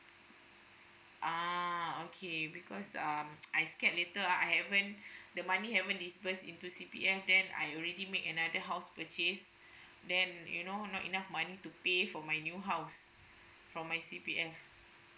ah okay because um I scared later ah I haven't the money haven't disperse into C_P_F then I already make another house purchase then you know not enough money to pay for my new house from my C_P_F